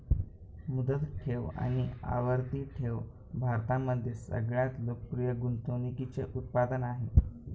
मुदत ठेव आणि आवर्ती ठेव भारतामध्ये सगळ्यात लोकप्रिय गुंतवणूकीचे उत्पादन आहे